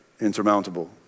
insurmountable